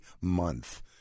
month